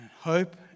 hope